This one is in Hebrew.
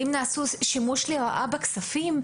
כך שאם נעשה שימוש לרעה בכספים,